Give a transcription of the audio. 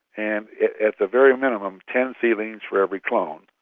and at the very minimum ten seedlings for every clone.